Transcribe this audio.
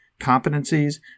competencies